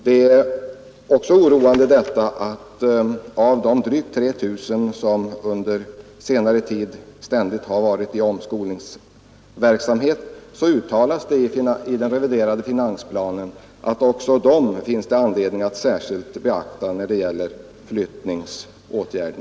Det är också oroande att det uttalas i den reviderade finansplanen, att även de drygt 3 000, som under senare tid ständigt har varit i omskolningsverksamhet, särskilt skall beaktas när det gäller flyttningsåtgärder.